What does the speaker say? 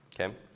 Okay